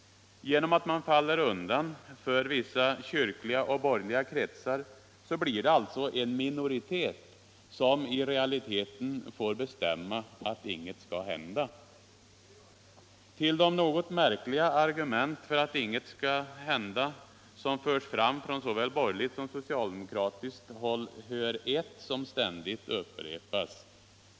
Genom att man faller undan för vissa kyrkliga och borgerliga kretsar blir det alltså en minoritet som i realiteten får bestämma att inget skall hända. Till de något märkliga argument för att inget skall hända som förs fram från såväl borgerligt som socialdemokratiskt håll hör ett som ständigt upprepas.